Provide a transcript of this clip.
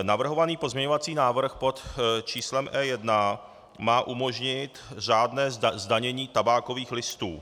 Navrhovaný pozměňovací návrh pod číslem E1 má umožnit řádné zdanění tabákových listů.